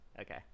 Okay